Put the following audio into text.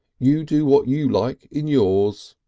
you do what you like in yours.